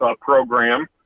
program